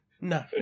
No